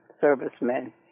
servicemen